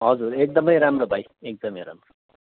हजुर एकदमै राम्रो भाइ एकदमै राम्रो